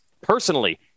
personally